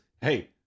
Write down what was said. Hey